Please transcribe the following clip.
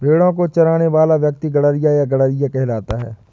भेंड़ों को चराने वाला व्यक्ति गड़ेड़िया या गरेड़िया कहलाता है